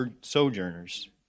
sojourners